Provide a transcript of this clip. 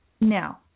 Now